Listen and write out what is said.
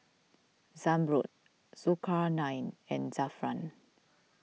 Zamrud Zulkarnain and Zafran